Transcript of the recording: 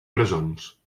presons